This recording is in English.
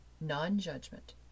non-judgment